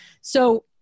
So-